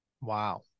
Wow